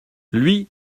lui